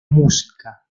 música